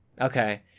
Okay